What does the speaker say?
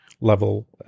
level